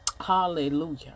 Hallelujah